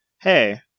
hey